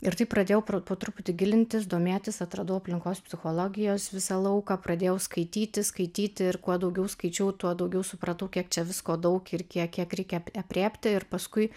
ir taip pradėjau pro po truputį gilintis domėtis atradau aplinkos psichologijos visą lauką pradėjau skaityti skaityti ir kuo daugiau skaičiau tuo daugiau supratau kiek čia visko daug ir kiek kiek reikia ap aprėpti ir paskui